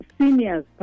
seniors